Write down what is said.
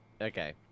Okay